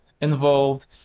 involved